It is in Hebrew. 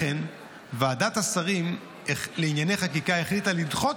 לכן ועדת השרים לענייני חקיקה החליטה לדחות